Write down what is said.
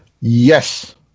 Yes